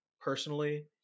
personally